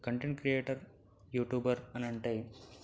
content creator YouTuber అని అంటే